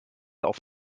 auf